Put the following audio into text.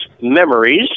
memories